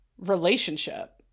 relationship